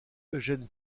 eugène